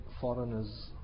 foreigners